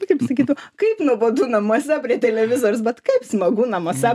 kaip sakytų kaip nuobodu namuose prie televizoriaus bet kaip smagu namuose